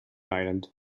island